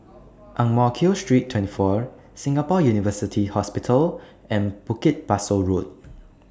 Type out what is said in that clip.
Ang Mo Kio Street twenty four National University Hospital and Bukit Pasoh Road